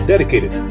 dedicated